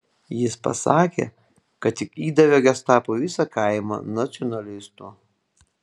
jis pasakė kad tik įdavė gestapui visą kaimą nacionalistų